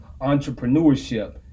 entrepreneurship